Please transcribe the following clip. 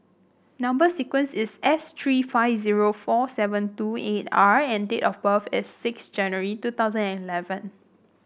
number sequence is S three five zero four seven two eight R and date of birth is six January two thousand and eleven